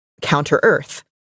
Counter-Earth